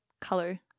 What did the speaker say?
color